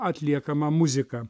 atliekama muzika